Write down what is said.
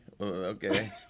Okay